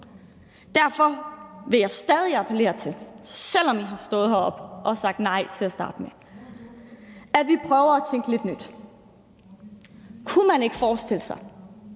Derfor vil jeg stadig appellere til, selv om I har stået heroppe og sagt nej til at starte med, at vi prøver at tænke lidt nyt. Kunne man ikke forestille sig,